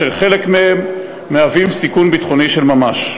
וחלק מהם מהווים סיכון ביטחוני של ממש.